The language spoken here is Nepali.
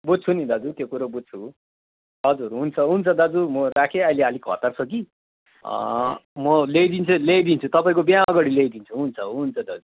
बुझ्छु नि दाजु त्यो कुरा बुझ्छु हजुर हुन्छ हुन्छ दाजु म राखेँ अहिले अलिक हतार छ कि म ल्याइदिनु चाहिँ ल्याइदिन्छु तपाईँको बिहा अगाडि ल्याइदिन्छु हुन्छ हुन्छ दाजु